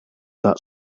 that